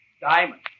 Diamond